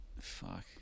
Fuck